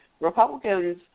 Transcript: Republicans